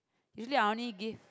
usually I only give